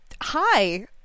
Hi